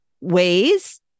ways